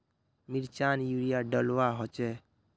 मिर्चान यूरिया डलुआ होचे?